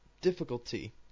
difficulty